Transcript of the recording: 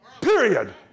Period